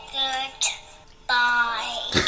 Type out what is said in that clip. goodbye